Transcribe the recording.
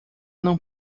não